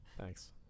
Thanks